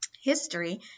history